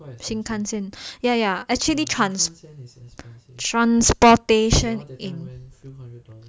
shinkansen ya ya actually trans~ transportation in